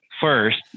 first